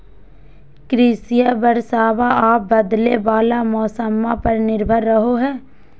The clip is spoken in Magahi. कृषिया बरसाबा आ बदले वाला मौसम्मा पर निर्भर रहो हई